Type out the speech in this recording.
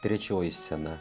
trečioji scena